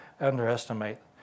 underestimate